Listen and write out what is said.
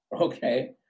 okay